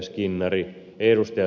skinnari ei ed